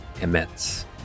immense